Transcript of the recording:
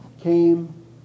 came